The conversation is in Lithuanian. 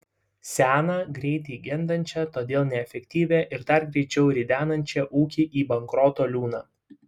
seną greitai gendančią todėl neefektyvią ir dar greičiau ridenančią ūkį į bankroto liūną